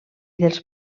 dels